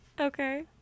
Okay